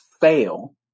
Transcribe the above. fail